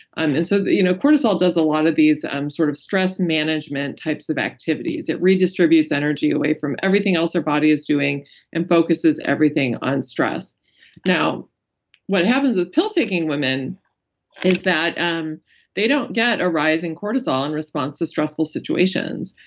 um and so you know cortisol does a lot of these um sort of stress management types of activities. it redistributes energy away from everything else our body is doing and focuses everything on stress now what happens with pill taking women is that um they don't get a rise in cortisol in response to stressful situations.